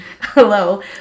hello